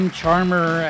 Charmer